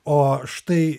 o štai